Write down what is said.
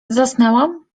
zasnęłam